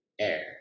air